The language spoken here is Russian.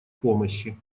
помощи